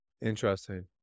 Interesting